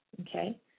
Okay